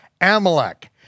Amalek